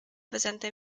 presenta